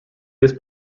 this